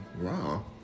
Wow